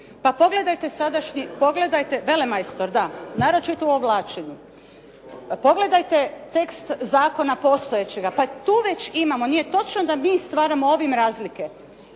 Pa pogledajte sadašnji, velemajstor da naročito u uvlačenju. Pogledajte tekst zakona postojećega pa tu već imamo, nije točno da mi stvaramo ovim razlike,